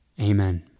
Amen